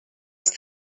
els